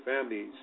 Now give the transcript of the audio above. families